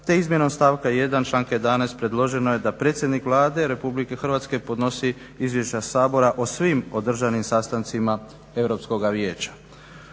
te izmjenom stavka 1. članka 11. predloženo je da predsjednik Vlade Republike Hrvatske podnosi izvješća Sabora o svim održanim sastancima Europskoga vijeća.